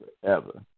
forever